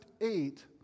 eight